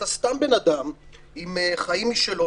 אתה סתם בן אדם עם חיים משלו,